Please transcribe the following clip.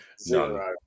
Zero